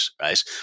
Right